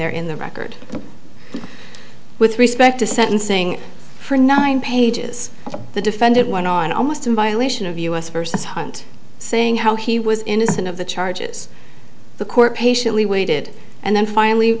there in the record with respect to sentencing for nine pages the defendant went on almost in violation of u s versus hunt saying how he was innocent of the charges the court patiently waited and then finally